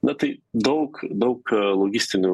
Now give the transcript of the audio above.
na tai daug daug logistinių